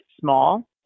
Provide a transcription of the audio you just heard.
small